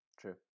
True